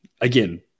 again